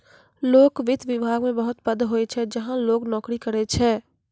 लोक वित्त विभाग मे बहुत पद होय छै जहां लोग नोकरी करै छै